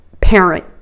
parent